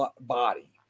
body